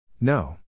No